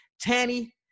Tanny